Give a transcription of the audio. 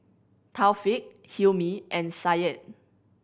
Taufik Hilmi and Syed